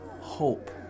hope